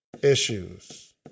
issues